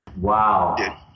Wow